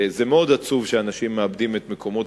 זה מאוד עצוב שאנשים מאבדים את מקומות